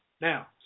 Now